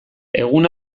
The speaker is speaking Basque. egun